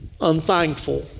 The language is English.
unthankful